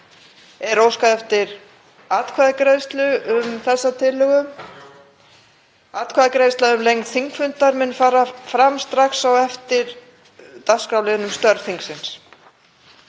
Er óskað eftir atkvæðagreiðslu um þessa tillögu? (BLG: Já.) Atkvæðagreiðsla um lengd þingfundar mun fara fram á eftir dagskrárliðnum störf þingsins.